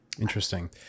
Interesting